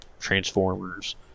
Transformers